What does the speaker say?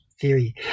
theory